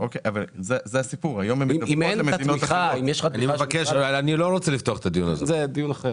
לא רוצה לפתוח את הדיון הזה,